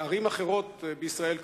ערים אחרות בישראל,